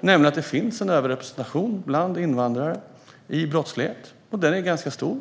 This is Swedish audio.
nämligen att det finns en överrepresentation av invandrare i brottslighet, och att den är ganska stor.